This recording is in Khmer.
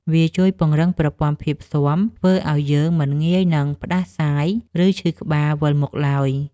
វាជួយពង្រឹងប្រព័ន្ធភាពស៊ាំ ធ្វើឱ្យយើងមិនងាយនឹងផ្ដាសាយ ឬឈឺក្បាលវិលមុខឡើយ។